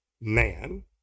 man